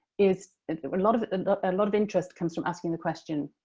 is a lot of and lot of interest comes from asking the question